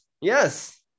yes